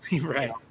Right